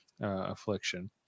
Affliction